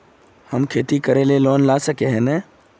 हम खेती करे ले लोन ला सके है नय?